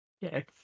Yes